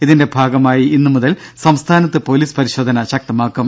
ഇതിന്റെ ഭാഗമായി ഇന്നു മുതൽ സംസ്ഥാനത്ത് പോലീസ് പരിശോധന ശക്തമാക്കും